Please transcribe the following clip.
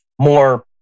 more